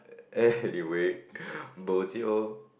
anyway bo-jio